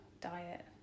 diet